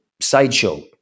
sideshow